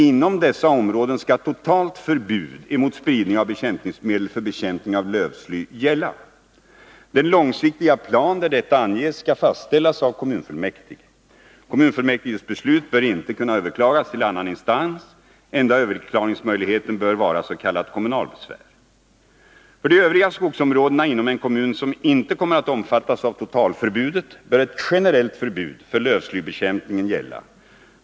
Inom dessa områden skall totalt förbud mot spridning av bekämpningsmedel för bekämpning av lövsly gälla. Den långsiktiga plan där detta anges skall fastställas av kommunfullmäktige. Kommunfullmäktiges beslut bör inte kunna överklagas till annan instans. Enda överklagningsmöjligheten bör vara s.k. kommunalbesvär. För de övriga skogsområdena inom en kommun som inte kommer att omfattas av totalförbudet bör ett generellt förbud för lövslybekämpningen gälla.